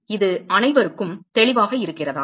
இது அனைவருக்கும் தெளிவாக இருக்கிறதா